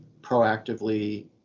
proactively